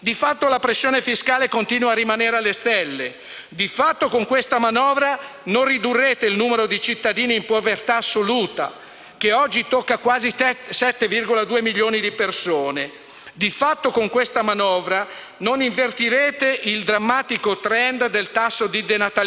che oggi tocca quasi 7,2 milioni di persone. Di fatto, con questa manovra non invertirete il drammatico *trend* del tasso di denatalità (il più basso d'Europa). Di fatto, con questa manovra, soffocando l'autonomia, limitate gli enti locali,